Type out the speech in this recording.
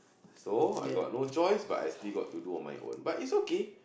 so I got no choice but I still got to do on my own but it's okay